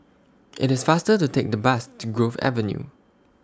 IT IS faster to Take The Bus to Grove Avenue